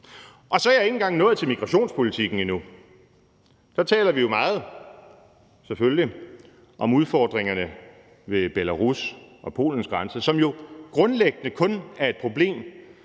Og så er jeg ikke engang nået til migrationspolitikken endnu. Der taler vi jo selvfølgelig meget om udfordringerne ved Belarus' og Polens grænser, som jo grundlæggende kun er et problem,